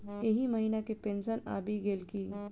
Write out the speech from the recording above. एहि महीना केँ पेंशन आबि गेल की